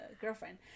girlfriend